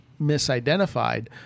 misidentified